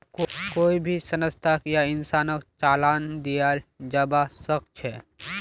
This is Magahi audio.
कोई भी संस्थाक या इंसानक चालान दियाल जबा सख छ